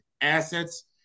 assets